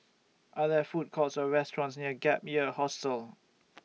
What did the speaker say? Are There Food Courts Or restaurants near Gap Year Hostel